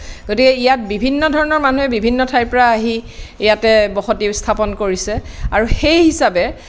গতিকে ইয়াত বিভিন্ন ধৰণৰ মানুহে বিভিন্ন ঠাইৰ পৰা আহি ইয়াতে বসতি স্থাপন কৰিছে আৰু সেই হিচাপে